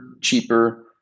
cheaper